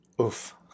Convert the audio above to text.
Oof